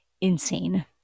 insane